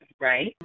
Right